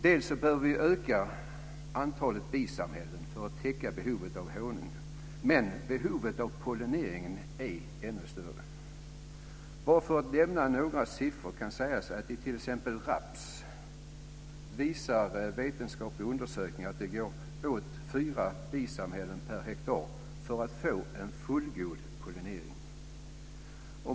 Bl.a. behöver vi öka antalet bisamhällen för att täcka behovet av honung, men behovet av pollinering är ännu större. Jag kan nämna några siffror: För raps visar vetenskapliga undersökningar att det går åt fyra bisamhällen per hektar för att få en fullgod pollinering.